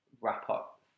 wrap-up